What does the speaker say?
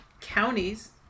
counties